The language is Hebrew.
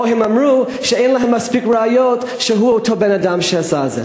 או שהם אמרו שאין להם מספיק ראיות שהוא אותו בן-אדם שעשה את זה?